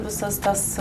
visas tas